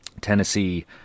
Tennessee